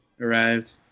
arrived